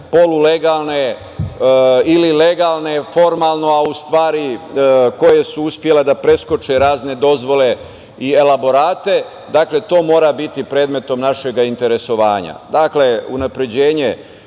polulegalne ili legalne, formalno, a u stvari koje su uspele da preskoče razne dozvole i elaborate. Dakle, to mora biti predmet našeg interesovanja. Dakle, unapređenje